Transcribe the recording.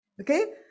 Okay